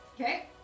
Okay